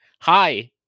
Hi